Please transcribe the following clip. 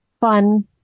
fun